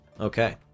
Okay